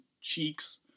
cheeks